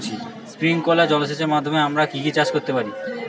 Sprinkler জলসেচের মাধ্যমে আমরা কি কি চাষ করতে পারি?